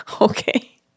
okay